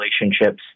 relationships